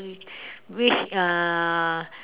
which uh